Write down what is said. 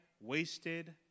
wasted